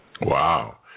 Wow